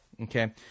Okay